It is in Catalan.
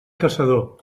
caçador